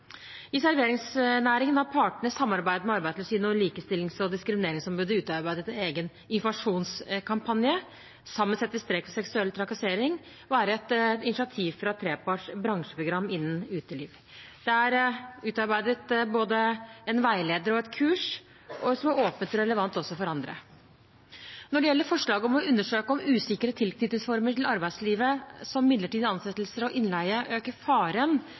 I serveringsnæringen har partene i samarbeid med Arbeidstilsynet og Likestillings- og diskrimineringsombudet utarbeidet en egen informasjonskampanje. «Sammen setter vi strek for seksuell trakassering» er et initiativ fra treparts bransjeprogram innen uteliv. Det er utarbeidet både en veileder og et kurs, som er åpent og relevant også for andre. Når det gjelder forslaget om å undersøke om usikre tilknytningsformer til arbeidslivet som midlertidige ansettelser og innleie øker faren